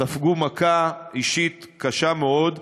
ספגו מכה אישית קשה מאוד,